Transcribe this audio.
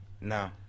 No